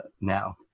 now